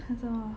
很什么